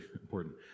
important